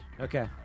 Okay